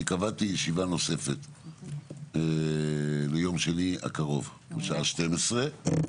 אני קבעתי ישיבה נוספת ליום שני הקרוב בשעה 12:00,